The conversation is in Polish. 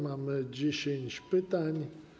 Mamy 10 pytań.